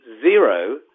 Zero